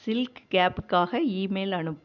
silk கேப்புக்காக email அனுப்